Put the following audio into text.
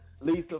Lisa